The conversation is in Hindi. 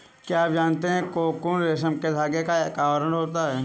क्या आप जानते है कोकून रेशम के धागे का एक आवरण होता है?